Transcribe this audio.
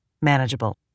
manageable